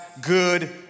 good